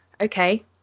Okay